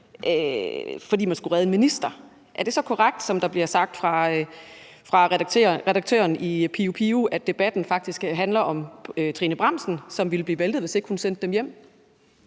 fordi man skulle redde en minister, er det så korrekt, som der bliver sagt af redaktøren i Netavisen Pio, at debatten faktisk handler om Trine Bramsen, som ville blive væltet, hvis ikke hun sendte dem hjem?